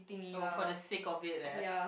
oh for the sake of it eh